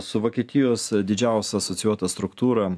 su vokietijos didžiausia asocijuota struktūra